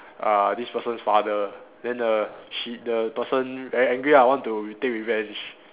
uh this person's father then the she the person very angry ah want to take revenge